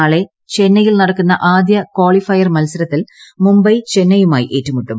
നാളെ ചെന്നൈയിൽ നടക്കുന്ന ആദ്യ ക്വാളിഫൈയർ മത്സരത്തിൽ മുംബൈ ചെന്നൈയുമായി ഏറ്റുമുട്ടും